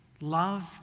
love